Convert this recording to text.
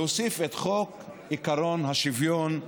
להוסיף את חוק עקרון השוויון,